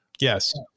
Yes